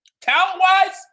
Talent-wise